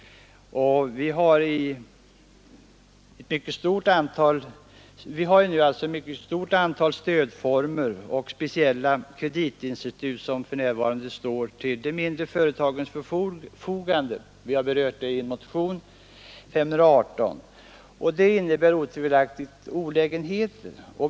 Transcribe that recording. Det finns för närvarande ett mycket stort antal stödformer och speciella kreditinstitut, som står till de minre företagens förfogande. Vi har berört dessa frågor i motionen 518. Detta förhållande innebär otvivelaktigt olägenheter.